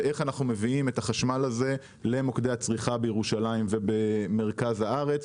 זה איך אנחנו מביאים את החשמל הזה למוקדי הצריכה בירושלים ובמרכז הארץ.